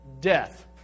death